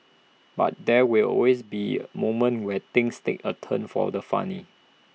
but there will always be moments where things take A turn for the funny